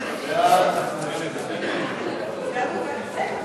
קבוצת סיעת המחנה הציוני, קבוצת סיעת מרצ,